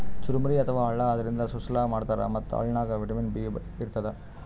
ಚುರಮುರಿ ಅಥವಾ ಅಳ್ಳ ಇದರಿಂದ ಸುಸ್ಲಾ ಮಾಡ್ತಾರ್ ಮತ್ತ್ ಅಳ್ಳನಾಗ್ ವಿಟಮಿನ್ ಬಿ ಆರ್ ಇರ್ತದ್